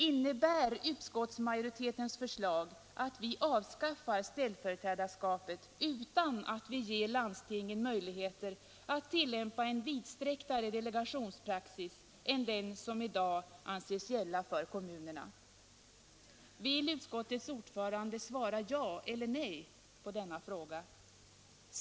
Innebär utskottsmajoritetens förslag att vi avskaffar ställföreträdarskapet, utan att vi ger landstingen möjligheter att tillämpa en vidsträcktare delegationspraxis än den som i dag anses gälla för kommunerna? Vill utskottets ordförande svara ja eller nej på denna fråga?